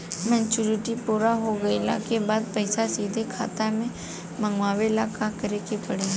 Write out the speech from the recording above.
Maturity पूरा हो गइला के बाद पईसा सीधे खाता में मँगवाए ला का करे के पड़ी?